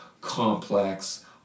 complex